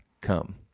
come